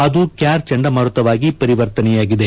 ಅದು ಕ್ಕಾರ್ ಚಂಡಮಾರುತವಾಗಿ ಪರಿವರ್ತನೆಯಾಗಿದೆ